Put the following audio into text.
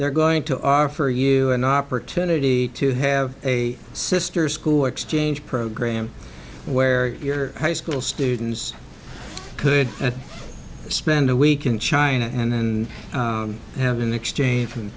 they're going to offer you an opportunity to have a sister school exchange program where your high school students could spend a week in china and have an exchange from